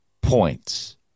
points